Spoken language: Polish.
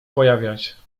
pojawiać